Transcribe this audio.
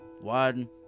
One